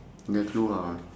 dah keluar